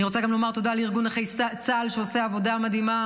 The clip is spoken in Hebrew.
אני רוצה גם לומר תודה לארגון נכי צה"ל שעושה עבודה מדהימה.